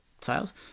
sales